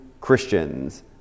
Christians